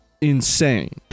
insane